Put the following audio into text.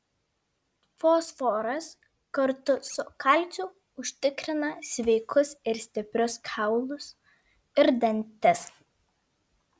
fosforas kartu su kalciu užtikrina sveikus ir stiprius kaulus ir dantis